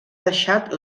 deixat